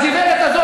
הגברת הזאת,